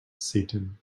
satan